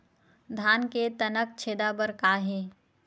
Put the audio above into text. धान के तनक छेदा बर का हे?